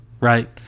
right